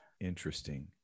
Interesting